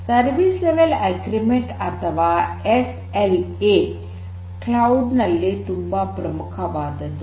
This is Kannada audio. ಸರ್ವಿಸ್ ಲೆವೆಲ್ ಅಗ್ರಿಮೆಂಟ್ ಅಥವಾ ಎಸ್ಎಲ್ಎ ಗಳು ಕ್ಲೌಡ್ ನಲ್ಲಿ ತುಂಬಾ ಪ್ರಮುಖವಾದದ್ದು